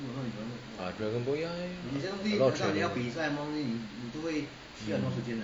ya dragon boat ya ya ya a lot of training